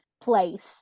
place